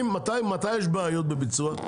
מתי יש בעיות בביצוע?